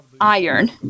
iron